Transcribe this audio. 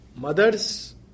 Mother's